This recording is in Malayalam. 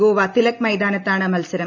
ഗോവ തിലക് മൈതാനത്താണ് മത്സരം